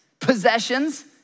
possessions